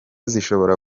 zishobora